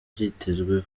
byitezwe